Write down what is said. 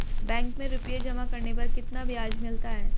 Bank में रुपये जमा करने पर कितना ब्याज मिलता है?